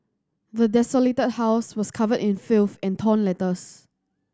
the desolated house was covered in filth and torn letters